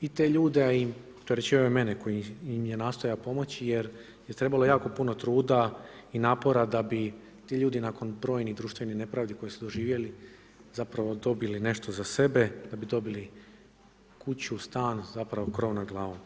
i te ljude, a i opterećivao je mene koji im je nastojao pomoći jer je trebalo jako puno truda i napora da bi ti ljudi nakon brojnih društvenih nepravdi koje su doživjeli zapravo dobili nešto za sebe, da bi dobili kuću, stan, zapravo krov nad glavom.